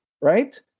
right